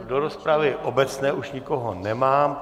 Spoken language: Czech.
Do rozpravy obecné už nikoho nemám.